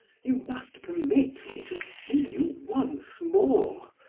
you must permit me to see you once more,